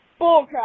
bullcrap